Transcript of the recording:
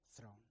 throne